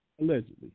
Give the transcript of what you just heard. allegedly